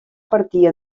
partir